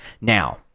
now